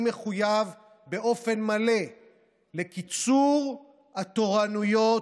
היא עברה בקריאה טרומית,